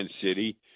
city